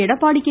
Edappadi K